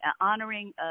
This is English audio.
honoring